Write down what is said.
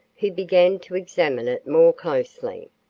who began to examine it more closely.